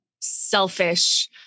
selfish